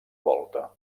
volta